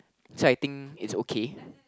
so I think it's okay